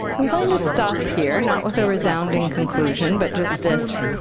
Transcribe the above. i'm going to stop here, not with a resounding conclusion, but just this.